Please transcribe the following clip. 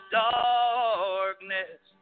darkness